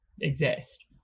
exist